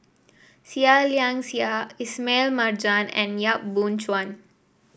Seah Liang Seah Ismail Marjan and Yap Boon Chuan